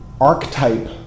archetype